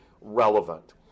relevant